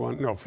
no